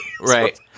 Right